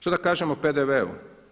Što da kažem o PDV-u?